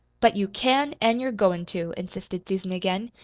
but you can, an' you're goin' to, insisted susan again.